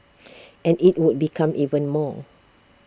and IT would become even more